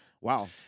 Wow